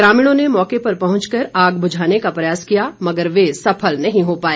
ग्रामीणों ने मौके पर पहुंचकर आग बुझाने का प्रयास किया मगर वे सफल नहीं हो पाए